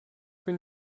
bin